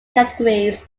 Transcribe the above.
categories